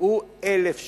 הוא 1,000 שקלים.